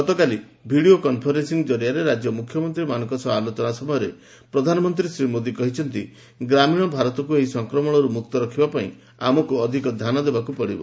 ଗତକାଲି video conferencing କରିଆରେ ରାଜ୍ୟ ମୁଖ୍ୟମନ୍ତ୍ରୀମାନଙ୍କ ସହ ଆଲୋଚନା ସମୟରେ ପ୍ରଧାନମନ୍ତ୍ରୀ ଶ୍ରୀ ମୋଦି କହିଛନ୍ତି ଗ୍ରାମୀଣ ଭାରତକୁ ଏହି ସଂକ୍ରମଣରୁ ମୁକ୍ତ ରଖିବାପାଇଁ ଆମକୁ ଧ୍ୟାନ ଦେବାକୁ ପଡ଼ିବ